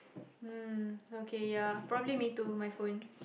mm okay ya probably me too my phone